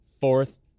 fourth